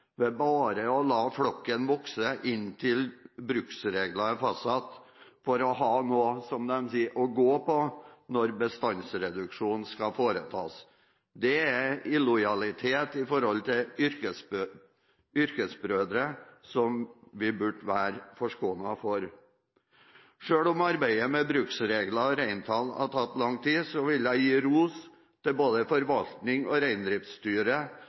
ved bare å la flokken vokse inntil bruksregler er fastsatt, for å ha noe – som de sier – å gå på når bestandsreduksjonen skal foretas. Det er en illojalitet i forhold til yrkesbrødre som vi burde vært forskånet for. Selv om arbeidet med bruksregler og reintall har tatt lang tid, vil jeg gi ros til både forvaltningen og Reindriftsstyret